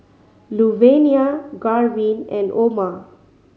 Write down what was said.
Luvenia Garvin and Oma